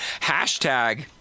hashtag